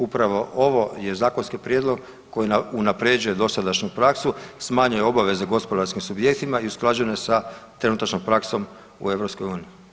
Upravo ovo je zakonski prijedlog koji unapređuje dosadašnju praksu, smanjuje obaveze gospodarskim subjektima i usklađeno je sa trenutačnom praksom u EU.